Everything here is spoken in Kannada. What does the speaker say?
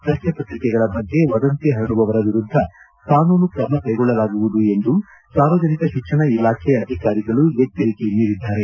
ಪ್ರಶ್ನೆ ಪತ್ರಿಕೆಗಳ ಬಗ್ಗೆ ವದಂತಿ ಪರಡುವವರ ವಿರುದ್ಧ ಕಾನೂನು ತ್ರಮ ಕೈಗೊಳ್ಳಲಾಗುವುದು ಎಂದು ಸಾರ್ವಜನಿಕ ಶಿಕ್ಷಣ ಇಲಾಖೆ ಅಧಿಕಾರಿಗಳು ಎಚ್ಚರಿಕೆ ನೀಡಿದ್ದಾರೆ